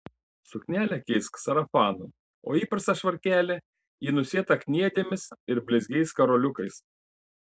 suknelę keisk sarafanu o įprastą švarkelį į nusėtą kniedėmis ir blizgiais karoliukais